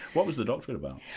what was the doctorate about?